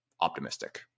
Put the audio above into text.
optimistic